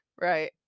Right